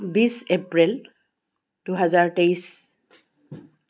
বিছ এপ্ৰিল দুহেজাৰ তেইছ